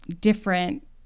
different